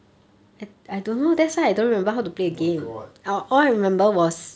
oh my god